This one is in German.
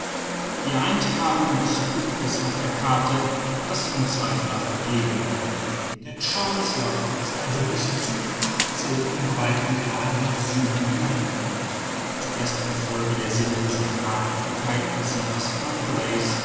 die eintragung des punktes auf der karte hat das unzweifelhaft ergeben der chancellor ist also bis zum achtzehnten breitengrade nach süden hinab gelangt zuerst in folge der sinnlosen hartnäckigkeit silas huntly's